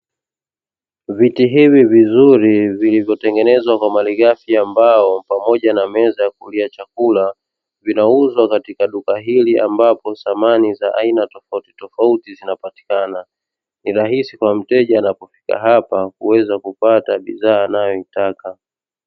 Viti hivi vizuri vilivyotengenezwa kwa malighafi ya mbao pamoja na meza ya kulia chakula vinauzwa katika duka hili, ambapo samani za aina tofautitofauti zinapatikana ni rahisi kwa mteja anapofika hapa kuweza kupata bidhaa anayoitaka.